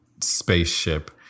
spaceship